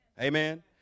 Amen